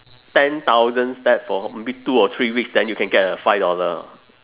ten thousand step for maybe two or three weeks then you can get a five dollar